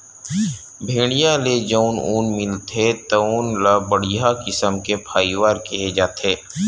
भेड़िया ले जउन ऊन मिलथे तउन ल बड़िहा किसम के फाइबर केहे जाथे